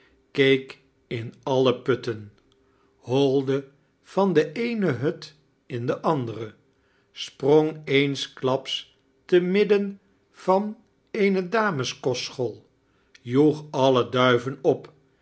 keek in alle putten holde van de eene hut in de andere sprong eensklaps te midden van eene dameskostschool joeg alle duiven op